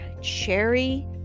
cherry